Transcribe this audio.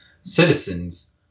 citizens